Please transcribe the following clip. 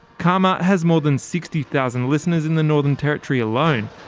caama has more than sixty thousand listeners in the northern territory alone,